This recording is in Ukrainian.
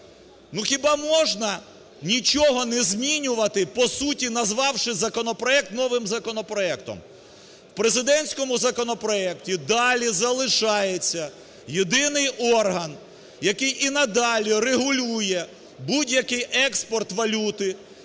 ну, хіба можна нічого не змінювати, по суті назвавши законопроект новим законопроектом?! В президентському законопроекті далі залишається єдиний орган, який і надалі регулює будь-який експорт валюти,